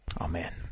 Amen